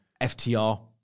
FTR